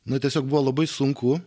na tiesiog buvo labai sunku